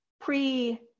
pre-